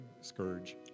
scourge